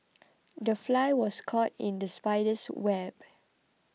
the fly was caught in the spider's web